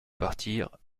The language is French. partir